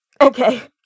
Okay